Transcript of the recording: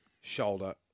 shoulder